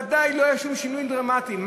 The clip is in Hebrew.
ודאי לא היו שם שינויים דרמטיים.